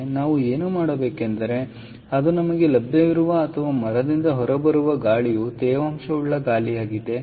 ಆದ್ದರಿಂದ ನಾವು ಏನು ಮಾಡಬೇಕೆಂದರೆ ಅದು ನಮಗೆ ಲಭ್ಯವಿರುವ ಅಥವಾ ಮರದಿಂದ ಹೊರಬರುವ ಗಾಳಿಯು ತೇವಾಂಶವುಳ್ಳ ಗಾಳಿಯಾಗಲಿದೆ